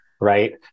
right